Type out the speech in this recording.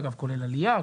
כולל עלייה,